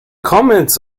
comments